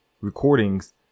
recordings